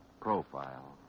Profile